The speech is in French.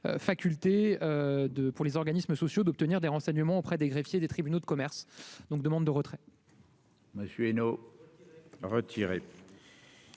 faculté de pour les organismes sociaux, d'obtenir des renseignements auprès des greffiers des tribunaux de commerce, donc : demande de retrait.